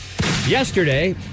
Yesterday